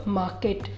market